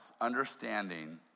understanding